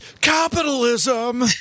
capitalism